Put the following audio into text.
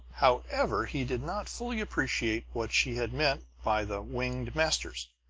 however, he did not fully appreciate what she had meant by the winged masters,